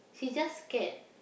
she just scared